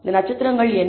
இந்த ஸ்டார்கள் என்ன